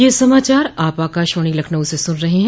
ब्रे क यह समाचार आप आकाशवाणी लखनऊ से सुन रहे हैं